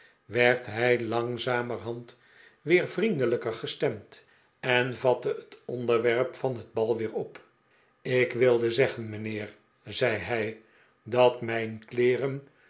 werd hij langzamerhand weer vriendelijker gestemd en vatte het onderwerp van het bal weer op ik wilde zeggen mijnheer zei hij dat mijn kleeren